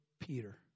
Peter